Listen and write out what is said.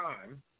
time